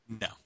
No